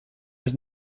was